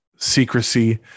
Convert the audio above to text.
secrecy